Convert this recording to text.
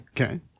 Okay